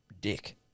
dick